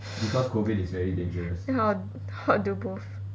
then how how to do both